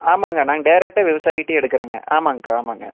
ஆமாங்க நாங்க டேரக்ட்டாக விவசாயிக்கிட்டே எடுக்குறோங்க ஆமாங்கக்கா ஆமாங்க